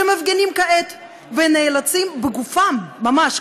שמפגינים כעת ונאלצים בגופם ממש,